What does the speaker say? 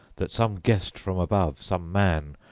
that some guest from above, some man,